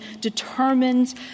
determines